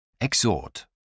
Exhort